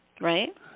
Right